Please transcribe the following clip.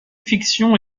fiction